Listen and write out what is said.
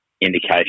indication